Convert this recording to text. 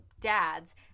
dads